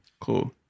Cool